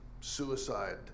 suicide